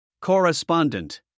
Correspondent